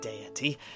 deity